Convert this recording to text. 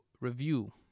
review